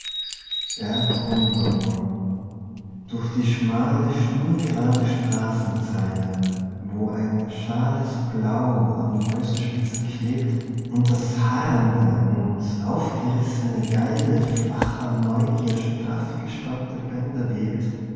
durch die schmale schnurgerade strassenzeile wo ein schales blau an häuserspitzen hiebt und das harrende und aufgerissene geile flacher neugier straffgespannte bänder webt